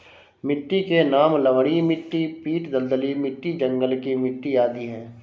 मिट्टी के नाम लवणीय मिट्टी, पीट दलदली मिट्टी, जंगल की मिट्टी आदि है